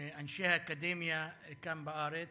אנשי האקדמיה כאן בארץ,